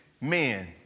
men